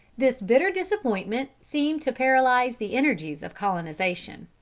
this bitter disappointment seemed to paralyse the energies of colonization.